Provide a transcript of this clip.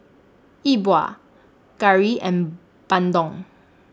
Yi Bua Curry and Bandung